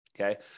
Okay